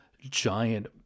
giant